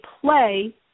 play